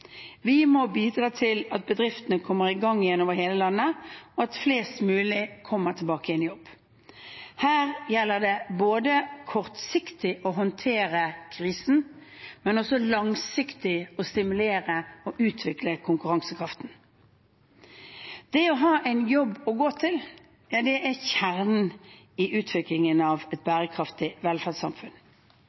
Vi må bidra til at bedriftene kommer i gang igjen over hele landet, at flest mulig kommer tilbake i jobb. Her gjelder det ikke bare kortsiktig å håndtere krisen, men også langsiktig å stimulere og utvikle konkurransekraften. Det å ha en jobb å gå til er kjernen i utviklingen av et bærekraftig velferdssamfunn.